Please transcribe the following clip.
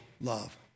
love